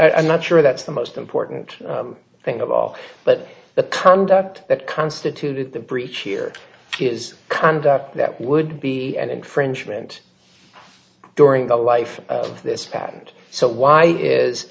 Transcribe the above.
but i'm not sure that's the most important thing of all but the conduct that constituted the breach here is conduct that would be an infringement during the life of this patent so why is